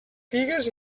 figues